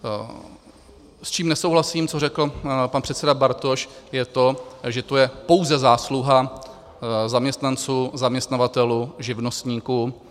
S čím nesouhlasím, co řekl pan předseda Bartoš, je to, že to je pouze zásluha zaměstnanců, zaměstnavatelů, živnostníků.